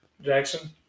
Jackson